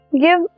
Give